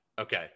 Okay